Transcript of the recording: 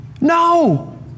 No